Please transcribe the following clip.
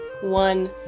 one